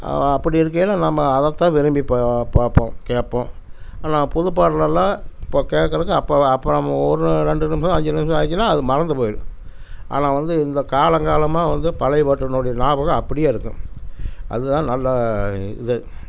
அப்படி இருக்கையில் நாம அதைத்தான் விரும்பி பார்ப்போம் கேட்போம் ஆனால் புதுப்பாடலெல்லாம் இப்போது கேட்கறக்கு அப்போது அப்போது நாம ஒரு ரெண்டு நிமிடம் அஞ்சு நிமிடம் ஆச்சுச்சுனா அது மறந்து போயிடும் ஆனால் வந்து இந்த காலங்காலமாக வந்து பழையப்பாட்டினுடைய ஞாபகம் அப்படியே இருக்கும் அது தான் நல்ல இது